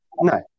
no